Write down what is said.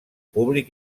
públic